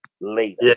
later